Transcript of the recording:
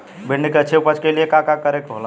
भिंडी की अच्छी उपज के लिए का का करे के होला?